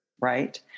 Right